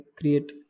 create